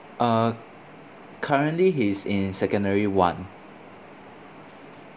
uh currently he's in secondary one